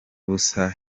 ubusa